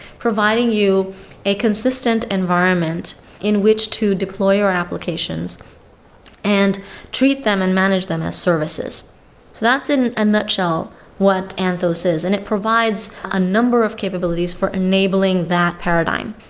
providing you a consistent environment in which to deploy your applications and treat them and manage them as services. so that's in a nutshell what anthos is, and it provides a number of capabilities for enabling that paradigm.